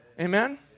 Amen